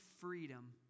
freedom